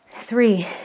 Three